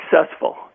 successful